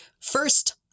First